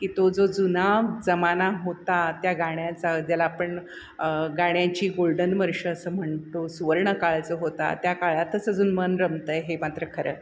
की तो जो जुना जमाना होता त्या गाण्याचा ज्याला आपण गाण्याची गोल्डन वर्ष असं म्हणतो सुवर्णकाळ जो होता त्या काळातच अजून मन रमतं आहे हे मात्र खरं